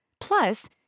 Plus